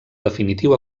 definitiu